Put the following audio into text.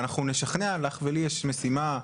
ולך ולי יש משימה,